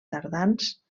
tardans